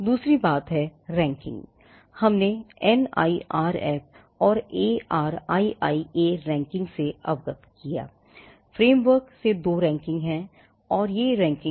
दूसरी बात रैंकिंग